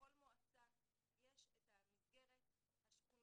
בכל מועצה יש את המסגרת השכונתית,